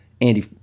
Andy